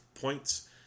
points